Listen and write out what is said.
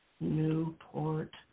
Newport